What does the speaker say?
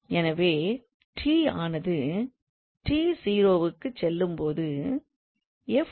எனவே தனித்தனி components ன் எல்லைகளைக் கடந்து வருகிறோம்